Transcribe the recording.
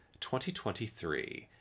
2023